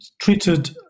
treated